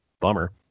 Bummer